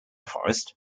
forest